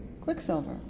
quicksilver